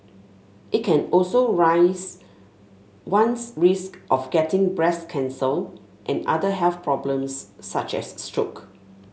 it can also raise one's risk of getting breast cancer and other health problems such as stroke